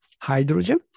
hydrogen